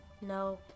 no